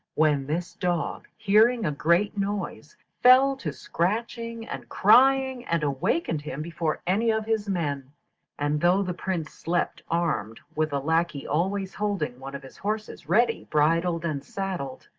when this dog, hearing a great noise, fell to scratching and crying, and awakened him before any of his men and though the prince slept armed, with a lacquey always holding one of his horses ready bridled and saddled,